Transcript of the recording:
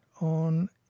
on